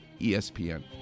ESPN